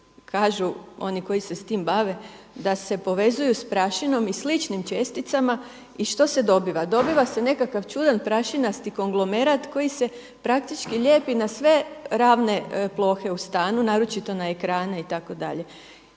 kažu oni koji se s tim bave, da se povezuju s prašinom i sličnim česticama. I što se dobiva? Dobiva se nekakav čudan prašinasti konglomerat koji se praktički lijepi na sve ravne plohe u stanu naročito na ekrane itd.